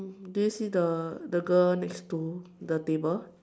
did you see the the girl next to the table